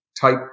type